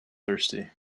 thirsty